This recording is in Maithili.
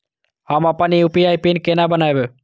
हम अपन यू.पी.आई पिन केना बनैब?